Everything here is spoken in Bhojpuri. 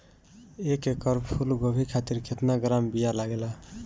एक एकड़ फूल गोभी खातिर केतना ग्राम बीया लागेला?